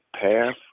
path